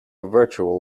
virtual